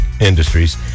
industries